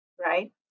right